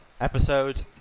episode